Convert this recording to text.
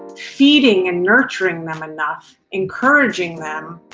feeding and nurturing them enough, encouraging them,